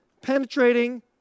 penetrating